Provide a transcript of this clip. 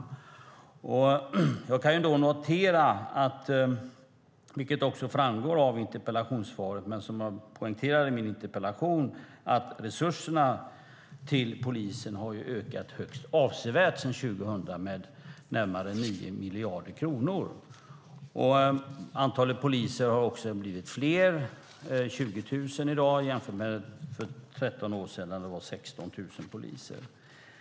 Jag kan notera, vilket också framgår av interpellationssvaret och vilket jag poängterar i min interpellation, att resurserna till polisen har ökat högst avsevärt, med närmare 9 miljarder kronor, sedan 2000. Antalet poliser har också blivit fler och är i dag 20 000 jämfört med för 13 år sedan, då det fanns 16 000 poliser.